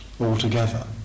altogether